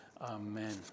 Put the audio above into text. amen